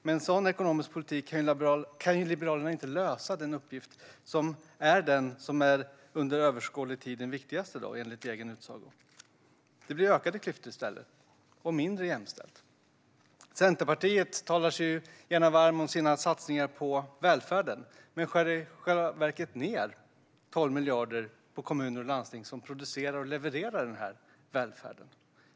Med en sådan ekonomisk politik kan Liberalerna inte lösa den uppgift som under överskådlig tid är den viktigaste, enligt egen utsago. Det blir i stället ökade klyftor och mindre jämställt. Centerpartiet talar gärna varmt om satsningar på välfärden, men partiet skär i själva verket ned 12 miljarder på kommuner och landsting som producerar och levererar välfärden.